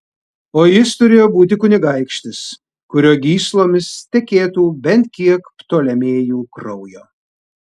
o jis turėjo būti kunigaikštis kurio gyslomis tekėtų bent kiek ptolemėjų kraujo